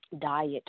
diet